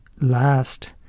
last